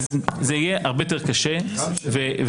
זה יהיה הרבה יותר קשה וכן,